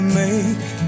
make